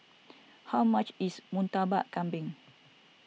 how much is Murtabak Kambing